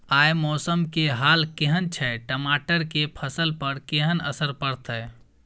आय मौसम के हाल केहन छै टमाटर के फसल पर केहन असर परतै?